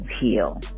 heal